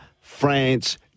France